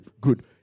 good